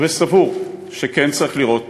וסבור שכן צריך לראות